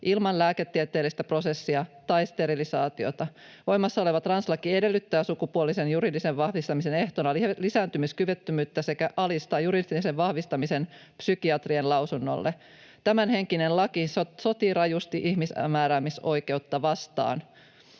ilman lääketieteellistä prosessia tai sterilisaatiota. Voimassa oleva translaki edellyttää sukupuolen juridisen vahvistamisen ehtona lisääntymiskyvyttömyyttä sekä alistaa juridisen vahvistamisen psykiatrien lausunnolle. Tämänhetkinen laki sotii rajusti itsemääräämisoikeutta vastaan.”